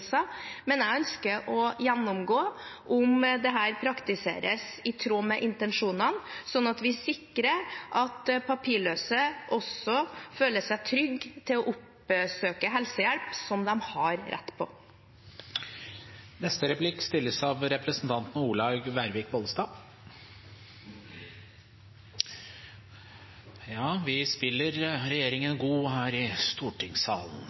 men jeg ønsker å gjennomgå om dette praktiseres i tråd med intensjonene, sånn at vi sikrer at papirløse også føler seg trygge til å oppsøke helsehjelp som de har rett